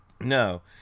No